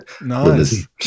Nice